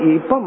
ipa